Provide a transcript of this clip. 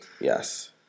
Yes